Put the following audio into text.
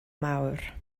mawr